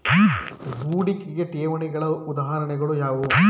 ಹೂಡಿಕೆ ಠೇವಣಿಗಳ ಉದಾಹರಣೆಗಳು ಯಾವುವು?